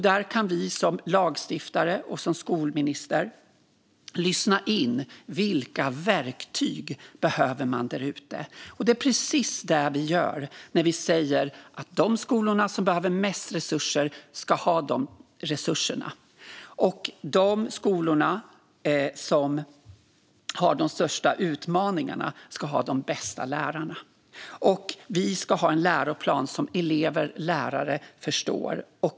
Där kan vi som lagstiftare och jag som skolminister lyssna in vilka verktyg man behöver där ute. Det är precis det vi gör när vi säger: De skolor som behöver mest resurser ska ha de resurserna. De skolor som har de största utmaningarna ska ha de bästa lärarna. Vi ska ha en läroplan som elever och lärare förstår.